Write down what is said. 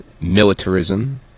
militarism